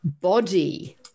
body